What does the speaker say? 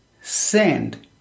send